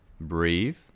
breathe